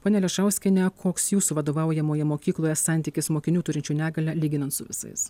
ponia ališauskiene koks jūsų vadovaujamoje mokykloje santykis mokinių turinčių negalią lyginant su visais